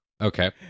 Okay